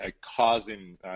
causing